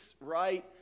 right